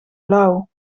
lauw